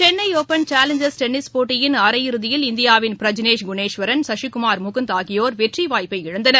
Chennai Open challengers tennis போட்டியின் அரையிறுதியில் இந்தியாவின் பிரதினேஷ் குணேஸ்வரன் சசிகுமார் முகுந்த்ஆகியோர் வெற்றிவாய்ப்பை இழந்தனர்